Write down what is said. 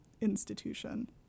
institution